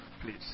please